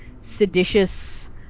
seditious